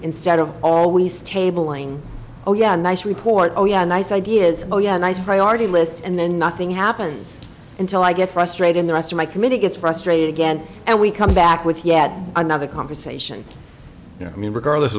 instead of always tabling oh yeah nice report oh yeah nice ideas oh yeah nice priority list and then nothing happens until i get frustrated the rest of my committee gets frustrated again and we come back with yet another conversation i mean regardless